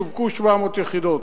שווקו 700 יחידות,